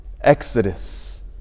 Exodus